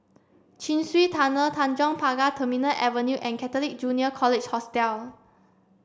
Chin Swee Tunnel Tanjong Pagar Terminal Avenue and Catholic Junior College Hostel